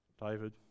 David